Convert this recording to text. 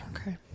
Okay